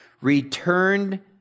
returned